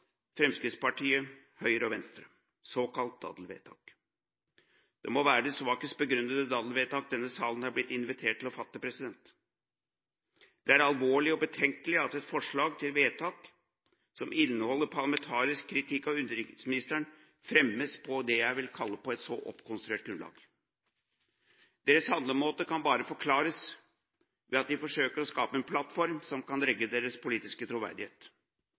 Fremskrittspartiet, Høyre og Venstre. Det må være det svakest begrunnede daddelvedtak denne salen er blitt invitert til å fatte. Det er alvorlig og betenkelig at et forslag til vedtak som inneholder parlamentarisk kritikk av utenriksministeren, fremmes på – det jeg vil kalle – et så oppkonstruert grunnlag. Deres handlemåte kan bare forklares med at de forsøker å skape en plattform som kan redde deres politiske troverdighet.